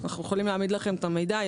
אנחנו יכולים לספק את המידע.